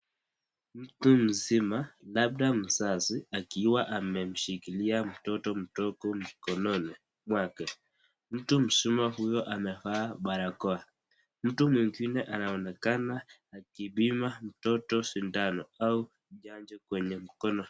Mtu mzima labda mzazi akiwa amemshikilia mtoto mdogo mikononi mwake. Mtu mzima huyo amevaa barakoa, mtu mwingine anaonekana akipima mtoto sindano au chanjo kwenye mkono.